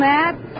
Matt